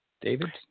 David